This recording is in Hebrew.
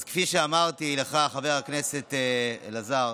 אז כפי שאמרתי לך, חבר הכנסת אלעזר,